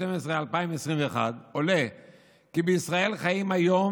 להלן תוצאות ההצבעה: בעד, 47, נגד,